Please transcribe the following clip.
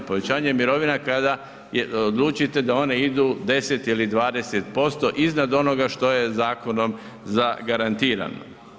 Povećanje mirovina je kada odlučite da one idu 10 ili 20% iznad onoga što je zakonom zagarantirano.